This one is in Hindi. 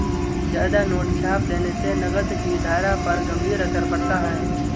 ज्यादा नोट छाप देने से नकद की धारा पर गंभीर असर पड़ता है